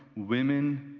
women,